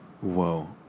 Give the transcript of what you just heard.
Whoa